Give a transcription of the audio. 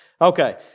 Okay